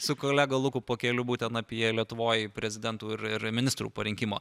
su kolega luku pukeliu būtent apie lietuvoj prezidentų ir ir ministrų parinkimo